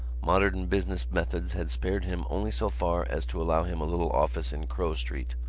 modern business methods had spared him only so far as to allow him a little office in crowe street,